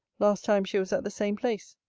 last time she was at the same place.